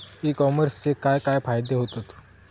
E कॉमर्सचे काय काय फायदे होतत?